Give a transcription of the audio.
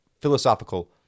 philosophical